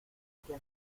qué